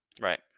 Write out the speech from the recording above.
Right